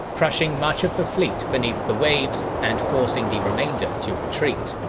crushing much of the fleet beneath the waves and forcing the remainder to retreat.